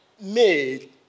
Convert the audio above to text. made